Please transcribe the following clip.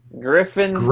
Griffin